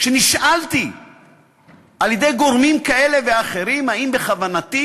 כשנשאלתי על-ידי גורמים כאלה ואחרים האם בכוונתי